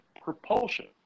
propulsion